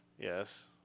Yes